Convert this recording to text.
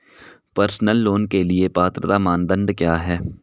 Personal loan के लिए पात्रता मानदंड क्या हैं?